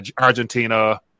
Argentina